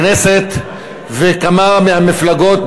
הכנסת וכמה מהמפלגות,